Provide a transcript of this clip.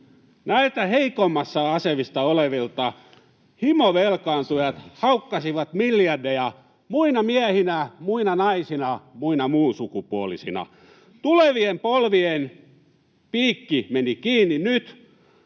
Näiltä heikoimmassa asemassa olevilta himovelkaantujat haukkasivat miljardeja muina miehinä, muina naisina, muina muunsukupuolisina. Tulevien polvien piikki meni kiinni nyt.